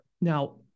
Now